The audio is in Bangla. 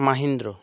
মহিন্দ্রা